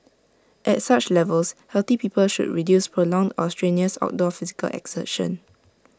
at such levels healthy people should reduce prolonged or strenuous outdoor physical exertion